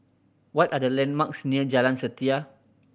what are the landmarks near Jalan Setia